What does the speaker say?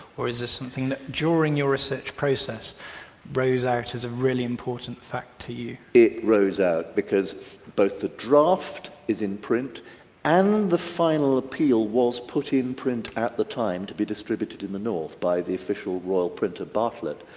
or is this something that during your research process rose out as a really important fact to you? it rose out because both the draft is in print and the final appeal was put in print at the time to be distributed in the north by the official royal printer bartlett.